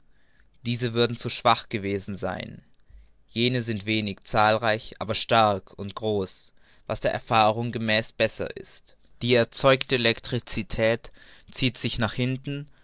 diese würden zu schwach gewesen sein jene sind wenig zahlreich aber stark und groß was der erfahrung gemäß besser ist die erzeugte elektricität zieht sich nach hinten